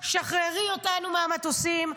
שחררי אותנו מהמטוסים,